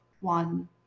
one